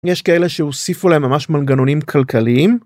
יש כאלה שהוסיפו להם ממש מנגנונים כלכליים,